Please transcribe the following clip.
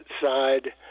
side